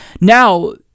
Now